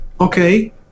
Okay